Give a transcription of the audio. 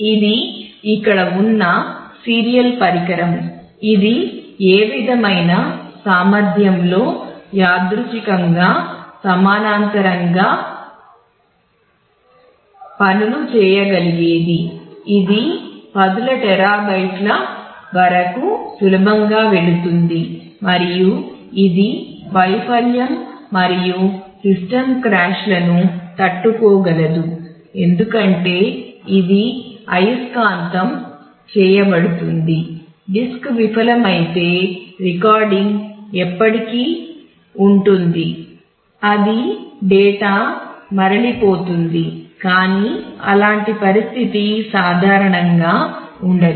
ఇది ఇక్కడ ఉన్న సీరియల్లను తట్టుకోగలదు ఎందుకంటే ఇది అయస్కాంతం అవుతుంది డిస్క్ విఫలమైతే రికార్డింగ్ ఎప్పటికీ ఉంటుంది అది డేటా మరలిపోతుంది కానీ అలాంటి పరిస్థితి సాధారణంగా ఉండదు